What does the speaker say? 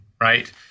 right